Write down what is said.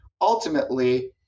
ultimately